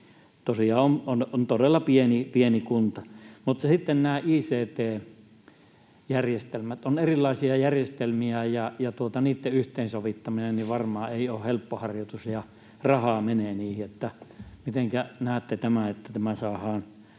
tosiaan on todella pieni kunta. Mutta sitten nämä ict-järjestelmät. On erilaisia järjestelmiä, ja niitten yhteensovittaminen varmaan ei ole helppo harjoitus, ja rahaa menee niihin. Mitenkä näette tämän, että tämä saadaan